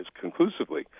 conclusively